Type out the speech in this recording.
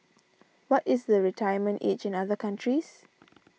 what is the retirement age in other countries